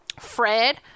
Fred